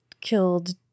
killed